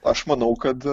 aš manau kad